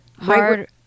Hard